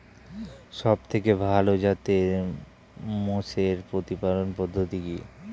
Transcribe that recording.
সবথেকে ভালো জাতের মোষের প্রতিপালন পদ্ধতি কি?